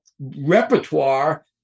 repertoire